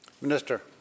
Minister